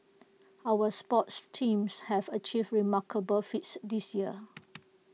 our sports teams have achieved remarkable feats this year